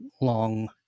long